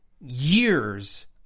years